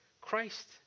Christ